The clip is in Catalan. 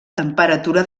temperatura